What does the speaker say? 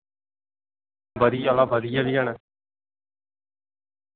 बधिया आह्ला बधिया बी हैन